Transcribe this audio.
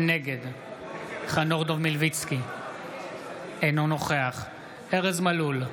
נגד חנוך דב מלביצקי, אינו נוכח ארז מלול,